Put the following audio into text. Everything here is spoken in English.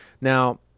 Now